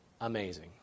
amazing